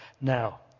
now